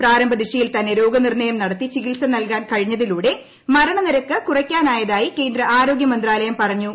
പ്രാരംഭദശയിൽ തന്നെ രോഗനിർണയം നടത്തി ചിക്ടിർസ് നൽകാൻ കഴിഞ്ഞതിലൂടെ മരണ നിരക്കും കുറയ്ക്കാനാ് യതായി കേന്ദ്ര ആരോഗ്യ മന്ത്രാലയം പറഞ്ഞു